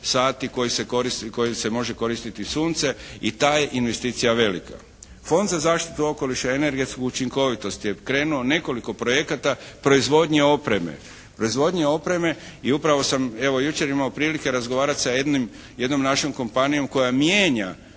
sati koji se može koristiti sunce i ta je investicija velika. Fond za zaštitu okoliša i energetsku učinkovitost je pokrenuo nekoliko projekata proizvodnje opreme. Proizvodnje opreme. I upravo sam evo jučer imao prilike razgovarati sa jednom našom kompanijom koja mijenja